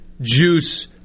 juice